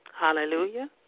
Hallelujah